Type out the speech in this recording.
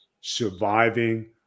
surviving